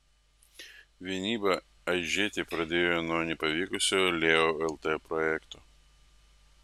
vienybė aižėti pradėjo nuo nepavykusio leo lt projekto